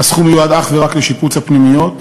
הסכום מיועד אך ורק לשיפוץ הפנימיות.